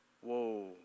Whoa